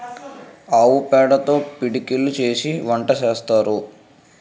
ఆవు పేడతో పిడకలు చేసి వంట సేత్తారు